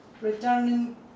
Returning